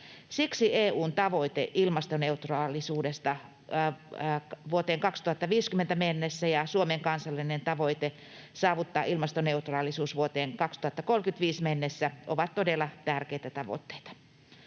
Siksi EU:n tavoite ilmastoneutraalisuudesta vuoteen 2050 mennessä ja Suomen kansallinen tavoite saavuttaa ilmastoneutraalisuus vuoteen 2035 mennessä ovat todella tärkeitä tavoitteita.